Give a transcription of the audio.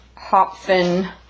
hopfen